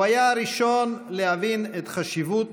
הוא היה הראשון שהבין את החשיבות